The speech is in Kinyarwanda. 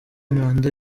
manda